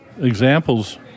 examples